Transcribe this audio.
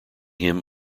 him